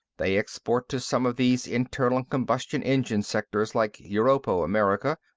they export to some of these internal-combustion-engine sectors, like europo-american.